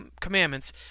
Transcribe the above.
Commandments